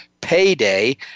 payday